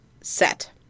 set